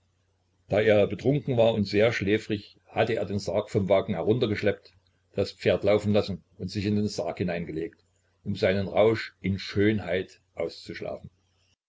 da er betrunken war und sehr schläfrig hatte er den sarg vom wagen herunter geschleppt das pferd laufen lassen und sich in den sarg hineingelegt um seinen rausch in schönheit auszuschlafen